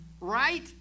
right